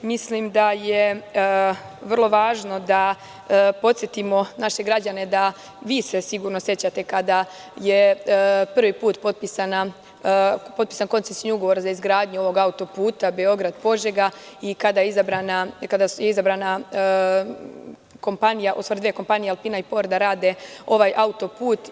Mislim da je vrlo važno da podsetimo naše građane da, a i vi se sigurno sećate kada je prvi put potpisan koncesni ugovor za izgradnju ovog autoputa Beograd-Požega i kada je izabrana kompanija, u stvari dve kompanije da rade ovaj autoput.